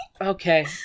Okay